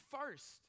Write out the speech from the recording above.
first